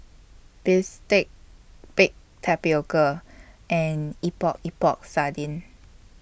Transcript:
Bistake Baked Tapioca and Epok Epok Sardin